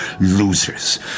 Losers